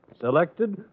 selected